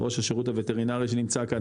ראש השירות הווטרינרי שנמצא כאן,